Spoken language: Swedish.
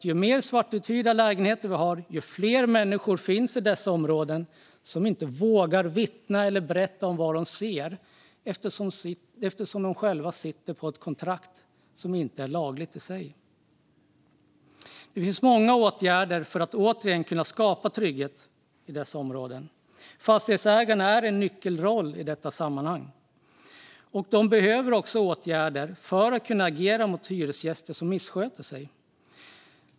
Ju fler svartuthyrda lägenheter, desto fler människor som inte vågar vittna om vad de sett eftersom deras kontrakt är olagliga. Man kan göra många åtgärder för att åter skapa trygghet i dessa områden. Fastighetsägarna har en nyckelroll i detta sammanhang, och de behöver kunna agera mot hyresgäster som missköter sig.